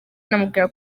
anamubwira